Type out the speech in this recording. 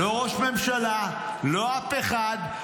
לא ראש ממשלה, לא אף אחד.